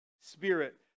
Spirit